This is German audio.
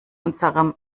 unserem